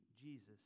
Jesus